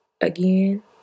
Again